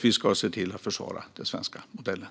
Vi ska se till att försvara den svenska modellen.